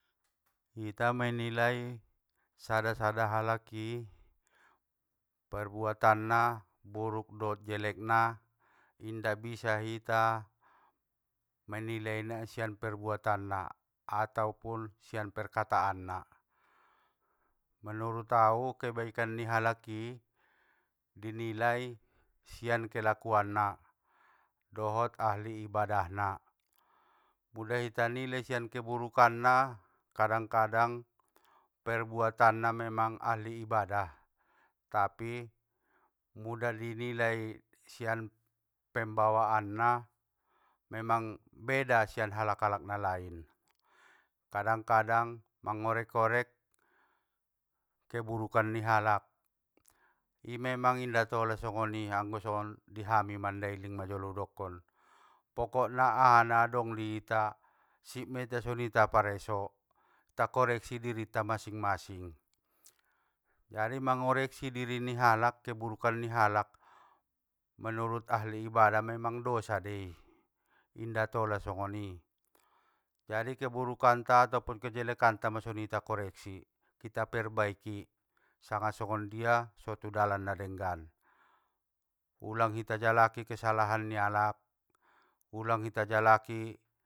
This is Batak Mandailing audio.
Hita menilai, sada sada halaki, perbuatan na, buruk dot jelekna, inda bisa hita menilai na sian perbuatan na, ataupun sian perkataan na, menurut au kebaikan ni halaki, dinilai sian kelakuan na, dohot ahli ibadah na, muda ita nilai sian keburukan na, kadang kadang, perbuatanna memang ahli ibadah, tapi muda i nilai sian pambawaan na, memang beda sian halak halak nalain, kadang kadang mangorek orek, keburukan nihalak, i memang inda tola songoni anggo songon dihami mandailing jolo udokkon, pokokna aha na adong i hita, sip ma hita soni ita pareso, ta koreksi dirita masing masing, jadi mangoreksi diri ni halak, keburukan ni halak, manurut ahli ibadah memang dosa dei, inda tola songoni, jadi keburukanta atopun kejelekanta masongoni ita koreksi, kita perbaiki, sanga songondia so tu dalan na denggan, ulang hita jalaki kesalahan ni alak, ulang hita jalaki.